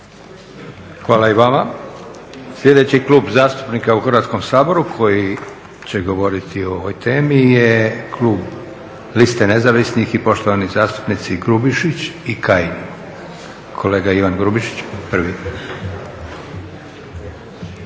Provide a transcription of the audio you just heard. Hvala i vama. Sljedeći Klub zastupnika u Hrvatskom saboru koji će govoriti o ovoj temi je klub Liste nezavisnih i poštovani zastupnici Grubišić i Kajin. Kolega Ivan Grubišić, prvi.